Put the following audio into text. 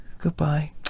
goodbye